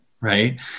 right